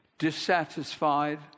dissatisfied